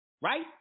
Right